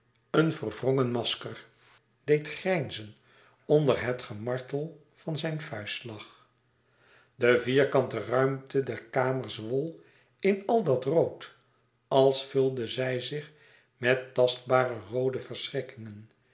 een verwrongen masker deed grijnzen onder het gemartel van zijn vuistslag de vierkante ruimte der kamer zwom in al dat rood als vulde zij zich met tastbare roode